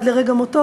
עד לרגע מותו,